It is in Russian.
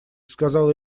сказала